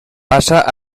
passa